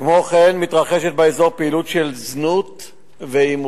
כמו כן מתרחשת באזור פעילות של זנות והימורים.